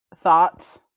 thoughts